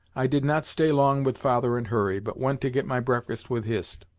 i did not stay long with father and hurry, but went to get my breakfast with hist.